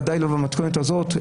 בוודאי לא במתכונת הזאת,